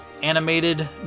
animated